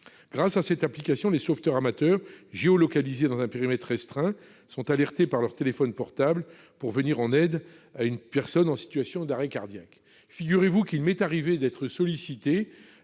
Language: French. Grâce à cette application, des sauveteurs amateurs, géolocalisés dans un périmètre restreint, sont alertés leur téléphone portable pour venir en aide à une personne en situation d'arrêt cardiaque. Figurez-vous qu'il m'est arrivé d'être sollicité